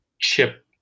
chip